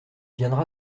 viendra